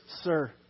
sir